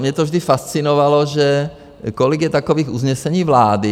Mě to vždy fascinovalo, že kolik je takových usnesení vlády.